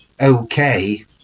okay